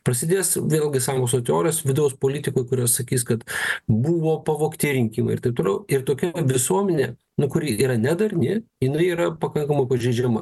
prasidės vėlgi sąmokslo teorijos vidaus politikoj kurios sakys kad buvo pavogti rinkimai ir taip toliau ir tokia visuomenė kuri yra nedarni jinai yra pakankamai pažeidžiama